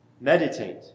meditate